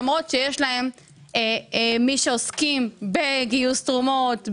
למרות שיש להן מי שעוסקים בגיוס תרומות,